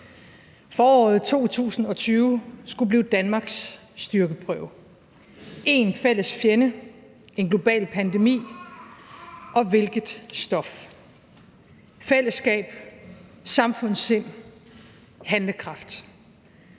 Foråret 2020 skulle blive Danmarks styrkeprøve: en fælles fjende, en global pandemi. Og hvilket stof: fællesskab, samfundssind, handlekraft.